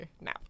now